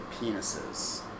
penises